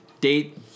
Date